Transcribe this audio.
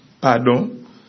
Pardon